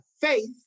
faith